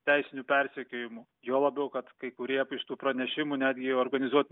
teisiniu persekiojimu juo labiau kad kai kurie iš tų pranešimų netgi organizuotų